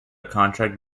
contract